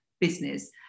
business